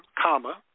comma